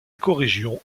écorégion